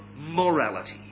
Morality